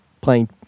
playing